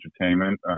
entertainment